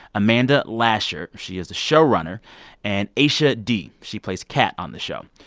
amanda lasher she is the showrunner and aisha dee she plays kat on the show.